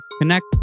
connect